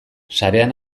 sarean